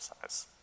size